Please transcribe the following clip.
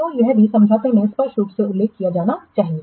तो यह भी समझौते में स्पष्ट रूप से उल्लेख किया जाना चाहिए